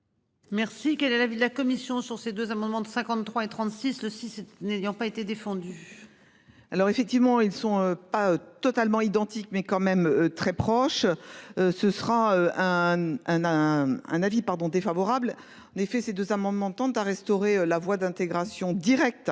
Merci. Quelle est la ville la commission sur ces deux amendements de 53 et 36 le n'ayant pas été défendu. Alors effectivement ils sont pas totalement identiques mais quand même très proche. Ce sera un, un, un, un avis pardon défavorable. En effet ces deux amendements tendent à restaurer la voie d'intégration directe